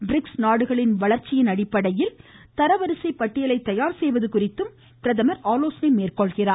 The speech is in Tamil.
பிரிக்ஸ் நாடுகளின் வளர்ச்சியின் அடிப்படையில் க்கான தரவரிசை பட்டியலை தயார்செய்வது குறித்தும் அவர் ஆலோசனை மேற்கொள்வார்